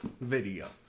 video